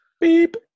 beep